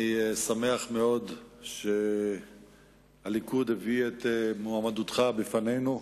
אני שמח מאוד שהליכוד הביא את מועמדותך בפנינו,